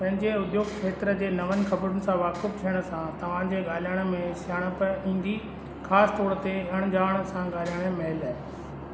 पंहिंजे उद्योग खेत्र जे नवनि ख़बरुनि सां वाक़ुफ़ु थियण सां तव्हांजे ॻाल्हाइण में सियाणप ईंदी ख़ासि तौरु ते अणॼाण सां ॻाल्हाइण महिल